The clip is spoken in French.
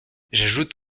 j’ajoute